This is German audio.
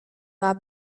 war